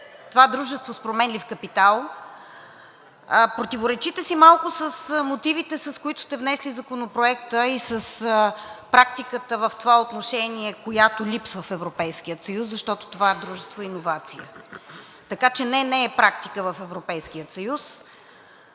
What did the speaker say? това дружество с променлив капитал. Противоречите си малко с мотивите, с които сте внесли Законопроекта и с практиката в това отношение, която липсва в Европейския съюз, защото това дружество е иновация. Така че не, не е практика в Европейския съюз